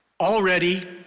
Already